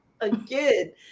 again